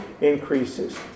increases